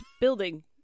building